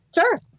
Sure